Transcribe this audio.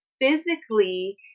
physically